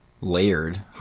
layered